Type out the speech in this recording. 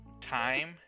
Time